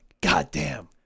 goddamn